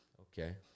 Okay